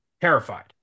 terrified